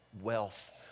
wealth